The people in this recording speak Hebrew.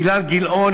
אילן גילאון,